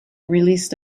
released